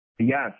Yes